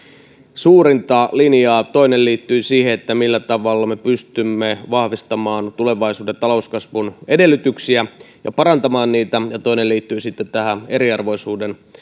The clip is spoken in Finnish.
suurinta linjaa toinen liittyi siihen millä tavalla me pystymme vahvistamaan tulevaisuuden talouskasvun edellytyksiä ja parantamaan niitä ja toinen liittyi sitten eriarvoisuuden